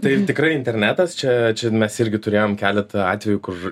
tai tikrai internetas čia čia mes irgi turėjom keletą atvejų kur